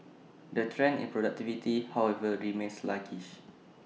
the trend in productivity however remains sluggish